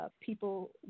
people